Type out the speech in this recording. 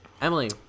Emily